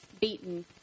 beaten